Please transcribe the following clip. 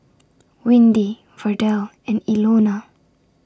Windy Verdell and Ilona